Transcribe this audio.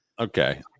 Okay